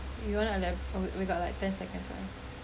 you wanna have we we got like ten seconds left